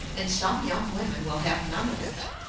and some young women will have none of it.